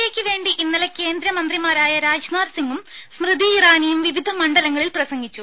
A യ്ക്കുവേണ്ടി ഇന്നലെ കേന്ദ്രമന്ത്രിമാരായ രാജ്നാഥ് സിംഗും സ്മൃതി ഇറാനിയും വിവിധ മണ്ഡലങ്ങളിൽ പ്രസംഗിച്ചു